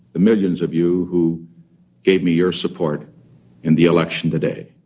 the millions of you who gave me your support in the election today